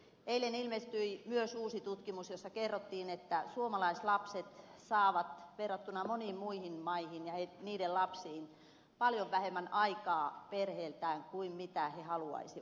eilen ilmestyi myös uusi tutkimus jossa kerrottiin että suomalaislapset saavat verrattuna moniin muihin maihin ja niiden lapsiin paljon vähemmän aikaa perheeltään kuin mitä he haluaisivat